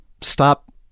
stop